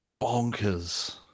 bonkers